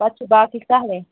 پَتہٕ چھِ باقٕے سہلٕے